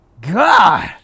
God